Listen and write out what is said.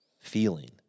feeling